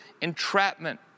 entrapment